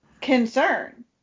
concern